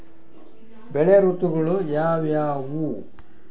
ಬೆಳೆ ಋತುಗಳು ಯಾವ್ಯಾವು?